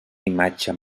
imatge